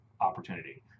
opportunity